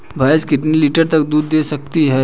भैंस कितने लीटर तक दूध दे सकती है?